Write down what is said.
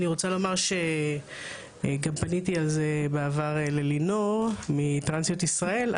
אני רוצה לומר שגם פניתי על זה בעבר ללינור מטרנסיות ישראל.